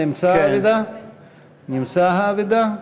נמצאה האבדה?